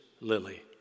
Lily